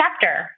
chapter